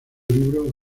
libro